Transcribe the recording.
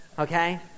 okay